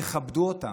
תכבדו אותם.